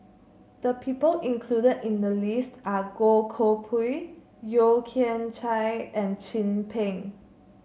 the people included in the list are Goh Koh Pui Yeo Kian Chye and Chin Peng